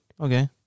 Okay